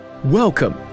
Welcome